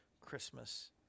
Christmas